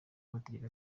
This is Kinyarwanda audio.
amategeko